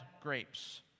grapes